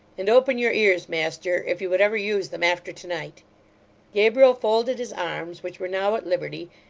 and open your ears, master, if you would ever use them after to-night gabriel folded his arms, which were now at liberty,